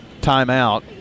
timeout